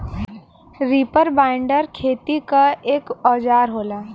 reaper binder खेती क एक औजार होला